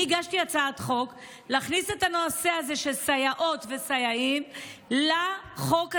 אני הגשתי הצעת חוק להכניס את הנושא הזה של סייעות וסייעים לחוק הזה,